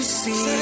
see